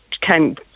came